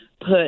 put